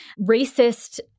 racist